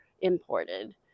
imported